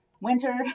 winter